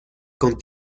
con